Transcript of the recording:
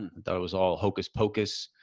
and thought it was all hocus pocus.